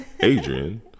Adrian